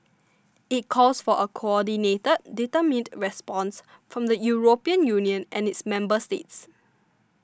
it calls for a coordinated determined response from the European Union and its member states